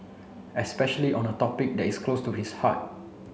especially on a topic that is close to his heart